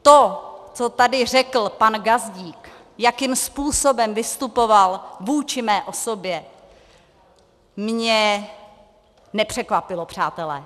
To, co tady řekl pan Gazdík, jakým způsobem vystupoval vůči mé osobě, mě nepřekvapilo, přátelé.